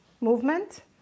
movement